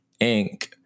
Inc